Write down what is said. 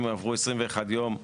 אם עברו 21 יום,